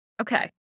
Okay